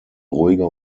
ruhiger